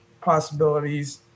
possibilities